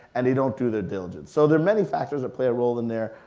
and they don't do their diligence, so there are many factors that play a role in there,